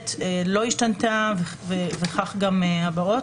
תקנה (ב) התקנה לא השתנתה וכך גם התקנות הבאות.